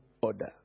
order